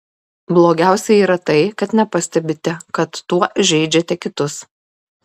blogiausia yra tai kad nepastebite kad tuo žeidžiate kitus